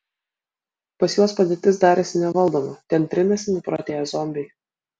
pas juos padėtis darėsi nevaldoma ten trinasi nuprotėję zombiai